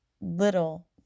little